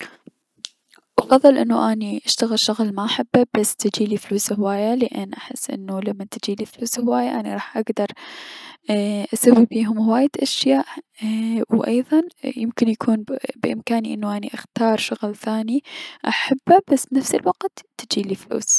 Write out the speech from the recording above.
افضل انه اني اشتغب شغل ما احبه بس تجيلي فلوس هواية، لأن احس لمن تجيلي فلوس هواية اني راح اكدر اي اسوي بيهم هواية اشياء و ايضا يمكن يكون بلأمكاني انو اني اختار شغل ثاني احبه بس تجيلي فلوس.